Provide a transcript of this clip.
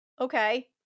Okay